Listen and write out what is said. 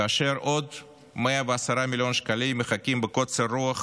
כאשר עוד 110 מיליון שקלים מחכים בקוצר רוח